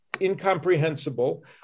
incomprehensible